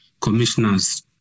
commissioners